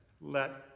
let